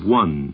one